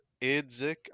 Idzik